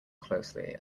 closely